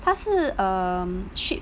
他是 um cheap